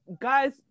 guys